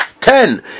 ten